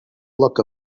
look